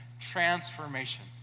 transformation